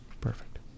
Perfect